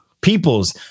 peoples